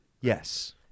Yes